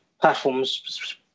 platforms